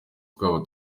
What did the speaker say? twaba